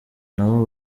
nabo